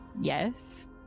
yes